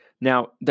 Now